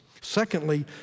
Secondly